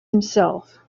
himself